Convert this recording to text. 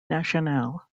nationale